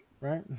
right